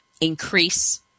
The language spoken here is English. increase